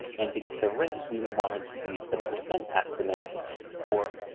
and to get the rate we would want to use the percent estimate for